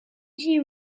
she